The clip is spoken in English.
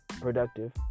productive